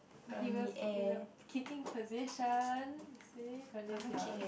but he was in the kicking position